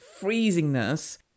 freezingness